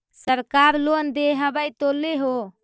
सरकार लोन दे हबै तो ले हो?